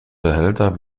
behälter